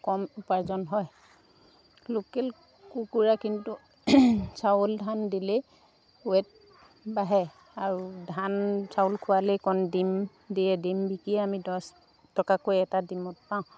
কম উপাৰ্জন হয় লোকেল কুকুৰা কিন্তু চাউল ধান দিলেই ৱে'ট বাঢ়ে আৰু ধান চাউল খোৱালেই কণ ডিম দিয়ে ডিম বিকি আমি দছ টকাকৈ এটা ডিমত পাওঁ